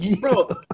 bro